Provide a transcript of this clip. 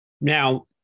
Now